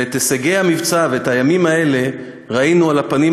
ואת הישגי המבצע ואת הימים האלה ראינו על הפנים